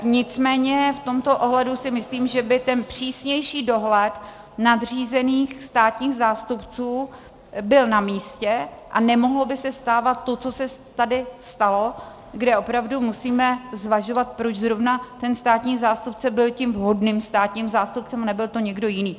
Nicméně v tomto ohledu si myslím, že by ten přísnější dohled nadřízených státních zástupců byl namístě a nemohlo by se stávat to, co se tady stalo, kde opravdu musíme zvažovat, proč zrovna ten státní zástupce byl tím vhodným státním zástupcem a nebyl to někdo jiný.